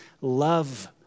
love